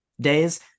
days